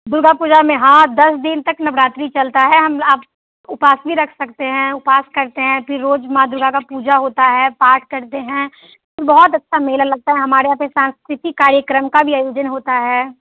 दुर्गा पूजा में हाँ दस दिन तक नवरात्रि चलता है हम आप उपवास भी रख सकते हैं उपवास करते हैं फिर रोज़ माँ दुर्गा का पूजा होता है पाठ करते हैं बहुत अच्छा मेला लगता है हमारे यहाँ पर सांस्कृतिक कार्यक्रम का भी आयोजन होता है